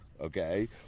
okay